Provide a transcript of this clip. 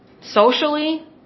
socially